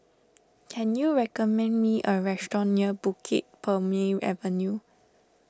can you recommend me a restaurant near Bukit Purmei Avenue